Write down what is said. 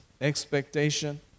expectation